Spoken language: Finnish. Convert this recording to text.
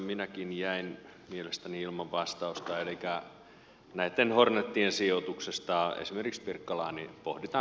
minäkin jäin mielestäni ilman vastausta elikkä hornetien sijoituksesta esimerkiksi pirkkalaan